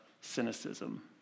cynicism